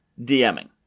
DMing